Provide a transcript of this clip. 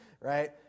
right